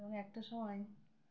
এবং একটা সময়